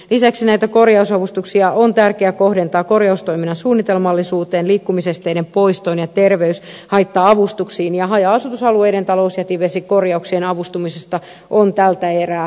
lisäksi näitä korjausavustuksia on tärkeä kohdentaa korjaustoiminnan suunnitelmallisuuteen liikkumisesteiden poistoon ja terveyshaitta avustuksiin ja haja asutusalueiden talousjätevesikorjauksien avustamisesta on tältä erää luovuttu